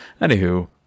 anywho